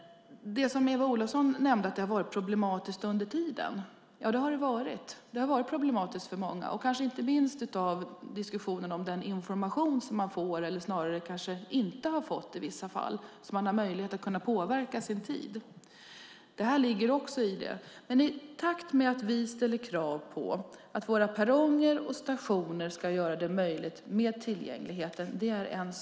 Eva Olofsson nämnde att det har varit problematiskt. Ja, det har det varit. Det har varit problematiskt för många, och kanske inte minst när det gäller den information som man har fått, eller kanske snarare inte har fått i vissa fall, för att ha möjlighet att påverka sin tid. I takt med att vi ställer krav på våra perronger och stationer ska tillgängligheten bli möjlig.